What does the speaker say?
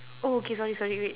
oh K sorry sorry wait